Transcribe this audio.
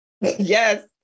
Yes